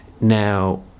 now